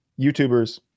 YouTubers